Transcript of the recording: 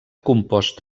compost